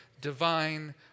divine